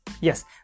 Yes